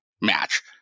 match